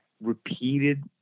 repeated